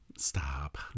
Stop